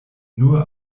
nur